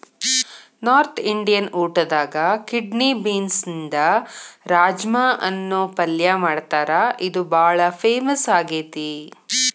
north Indian ಊಟದಾಗ kidney ಬೇನ್ಸ್ನಿಂದ ರಾಜ್ಮಾ ಅನ್ನೋ ಪಲ್ಯ ಮಾಡ್ತಾರ ಇದು ಬಾಳ ಫೇಮಸ್ ಆಗೇತಿ